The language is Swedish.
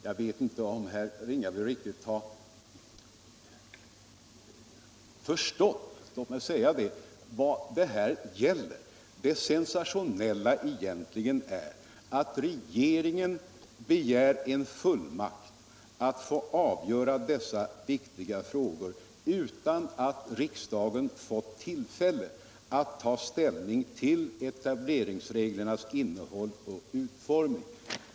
Jag vet inte om herr Ringaby har riktigt förstått — låt mig säga det — vad det här gäller. Det sensationella är ju här att regeringen begär en fullmakt att få avgöra dessa viktiga frågor utan att riksdagen fått tillfälle att ta ställning till etableringsreglernas innehåll och utformning.